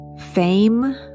Fame